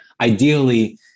ideally